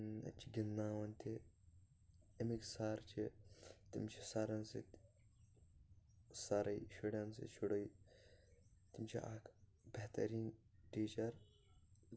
اَتہِ چھ گِندناوان تہِ اَمِکۍ سر چھ تِم چھ سرن سۭتۍ سٲرٕے شُرٮ۪ن سۭتۍ شُرے تِم چھ اکھ بہتریٖن ٹیٖچر